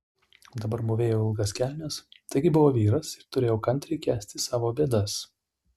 dabar mūvėjau ilgas kelnes taigi buvau vyras ir turėjau kantriai kęsti savo bėdas